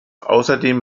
außerdem